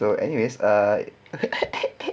so anyway I